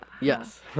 Yes